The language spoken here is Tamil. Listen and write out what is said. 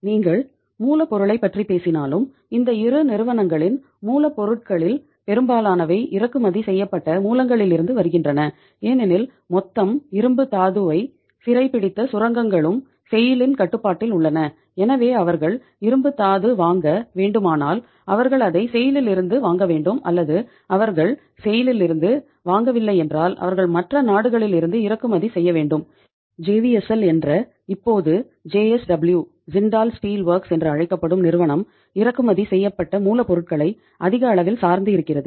நீங்கள் மூலப்பொருளைப் பற்றி பேசினாலும் இந்த 2 நிறுவனங்களின் மூலப்பொருட்களில் பெரும்பாலானவை இறக்குமதி செய்யப்பட்ட மூலங்களிலிருந்து வருகின்றன ஏனெனில் மொத்தம் இரும்புத் தாதுவை சிறைபிடித்த சுரங்கங்களும் செய்ல் என்று அழைக்கப்படும் நிறுவனம் இறக்குமதி செய்யப்பட்ட மூலப்பொருட்களை அதிக அளவில் சார்ந்து இருக்கிறது